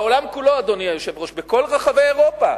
בעולם כולו, אדוני היושב-ראש, בכל רחבי אירופה,